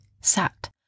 sat